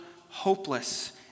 hopeless